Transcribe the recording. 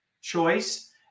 choice